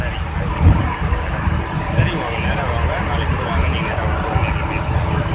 சரிங்க மேடம் மிக்க மகிழ்ச்சி மேடம் சரிங்க வாங்க நேராக வாங்க நாளைக்கு கூட வாங்க நீங்கள் நேராக வந்து கூட நேரில் பேசிக்கலாம் மேடம்